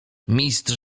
mistrz